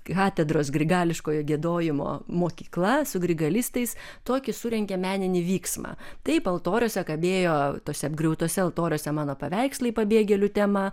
katedros grigališkojo giedojimo mokykla su grigalistais tokį surengė meninį vyksmą taip altoriuose kabėjo tuose apgriautuose altoriuose mano paveikslai pabėgėlių tema